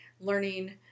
learning